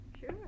Sure